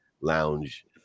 lounge